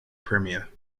premier